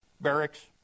barracks